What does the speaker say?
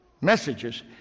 messages